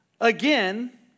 again